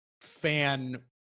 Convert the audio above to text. fan